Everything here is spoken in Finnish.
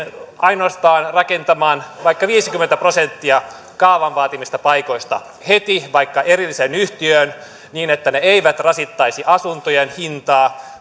rakentamaan ainoastaan vaikka viisikymmentä prosenttia kaavan vaatimista paikoista heti vaikka erilliseen yhtiöön niin että ne eivät rasittaisi asuntojen hintaa